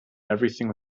everything